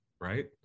Right